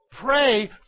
Pray